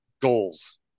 goals